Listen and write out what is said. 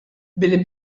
bil